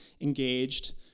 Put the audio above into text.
engaged